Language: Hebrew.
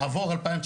עבור 2019